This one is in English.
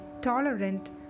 tolerant